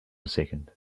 second